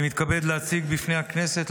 אני מתכבד להציג בפני הכנסת,